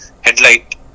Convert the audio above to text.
headlight